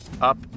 up